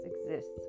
exists